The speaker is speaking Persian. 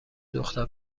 دختر